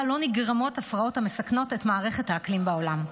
לא נגרמות הפרעות המסכנות את מערכת האקלים בעולם.